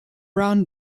brown